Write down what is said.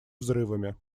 взрывами